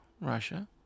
Russia